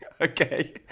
Okay